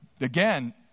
Again